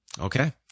Okay